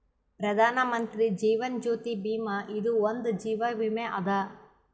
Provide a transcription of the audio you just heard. ಪ್ರಧಾನ್ ಮಂತ್ರಿ ಜೀವನ್ ಜ್ಯೋತಿ ಭೀಮಾ ಇದು ಒಂದ ಜೀವ ವಿಮೆ ಅದ